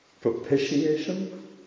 propitiation